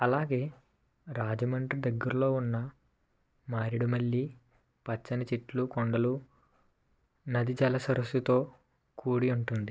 అలాగే రాజమండ్రి దగ్గరలో ఉన్న మారేడుమల్లి పచ్చని చెట్లు కొండలు నది జల సరస్సుతో కూడి ఉంటుంది